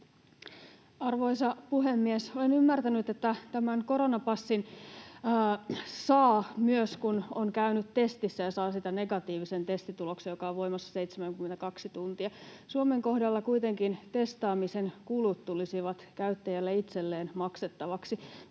Arvoisa puhemies! Olen ymmärtänyt, että tämän koronapassin saa myös, kun on käynyt testissä ja saa siitä negatiivisen testituloksen, joka on voimassa 72 tuntia. Suomen kohdalla kuitenkin testaamisen kulut tulisivat käyttäjälle itselleen maksettavaksi.